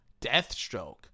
Deathstroke